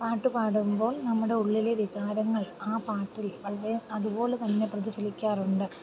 പാട്ട് പാടുമ്പോൾ നമ്മുടെ ഉള്ളിലെ വികാരങ്ങൾ ആ പാട്ടിൽ വളരെ അതുപോലെത്തന്നെ പ്രതിഫലിക്കാറുണ്ട്